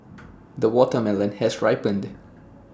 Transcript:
the watermelon has ripened